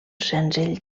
senzill